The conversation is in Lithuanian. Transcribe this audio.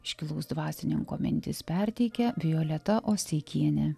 iškilaus dvasininko mintis perteikia violeta osteikienė